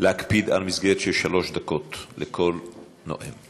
להקפיד על מסגרת של שלוש דקות לכל נואם.